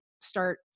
start